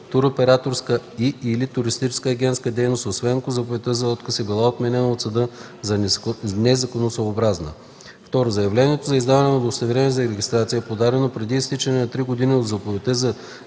туроператорска и/или туристическа агентска дейност, освен ако заповедта за отказ е била отменена от съда като незаконосъобразна; 2. заявлението за издаване на удостоверение за регистрация е подадено преди изтичането на три години от заповедта за